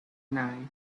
night